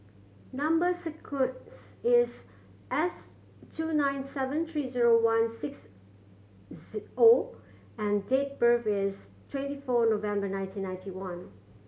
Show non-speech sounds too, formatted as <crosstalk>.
number sequence is S two nine seven three zero one six <unintelligible> O and date birth is twenty four November nineteen ninety one